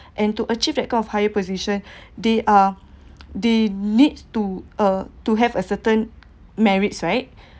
and to achieve that goal of higher position they are they need to uh to have a certain merits right